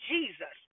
Jesus